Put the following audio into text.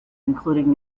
including